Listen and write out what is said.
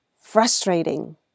frustrating